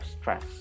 stress